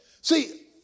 See